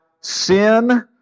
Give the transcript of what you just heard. sin